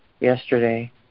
yesterday